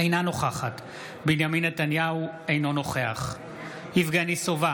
אינה נוכחת בנימין נתניהו, אינו נוכח יבגני סובה,